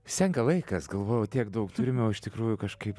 senka laikas galvojau tiek daug turime o iš tikrųjų kažkaip